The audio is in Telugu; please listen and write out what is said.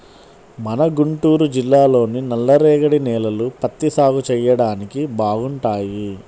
మన గుంటూరు జిల్లాలోని నల్లరేగడి నేలలు పత్తి సాగు చెయ్యడానికి బాగుంటాయి